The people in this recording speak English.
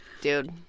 Dude